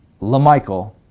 LaMichael